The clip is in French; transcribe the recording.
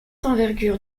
d’envergure